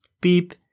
beep